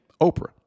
Oprah